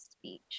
speech